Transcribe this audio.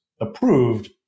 approved